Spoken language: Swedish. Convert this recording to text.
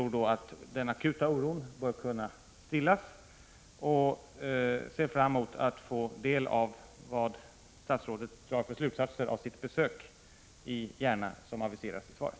Är socialministern medveten om de negativa effekterna som indragningarna har för landstingens och kommunernas möjlighet att bedriva och utveckla verksamhet?